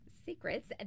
secrets